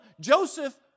Joseph